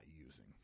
using